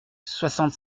soixante